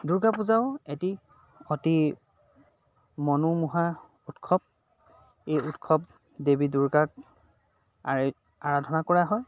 দুৰ্গা পূজাও এটি অতি মনোমোহা উৎসৱ এই উৎসৱ দেৱী দুৰ্গাক আৰাধনা কৰা হয়